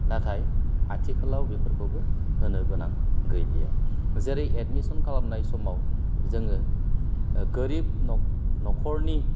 नाथाय आथिखालाव बेफोरखौ होनो गोनां गैलिया जेरै एडमिसन खालामनाय समाव जोङो गोरिब न' न'खरनि